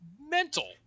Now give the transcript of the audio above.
mental